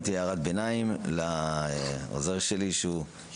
החוק קובע